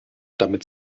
damit